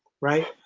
right